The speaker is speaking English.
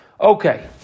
Okay